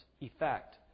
effect